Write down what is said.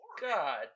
God